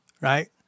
right